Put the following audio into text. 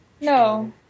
No